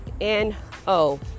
N-O